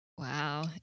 wow